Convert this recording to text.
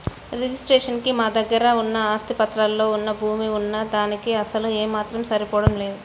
registration కి మా దగ్గర ఉన్న ఆస్తి పత్రాల్లో వున్న భూమి వున్న దానికీ అసలు ఏమాత్రం సరిపోడం లేదు